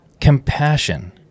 Compassion